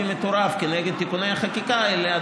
מטורף כנגד תיקוני החקיקה האלה,